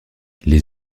les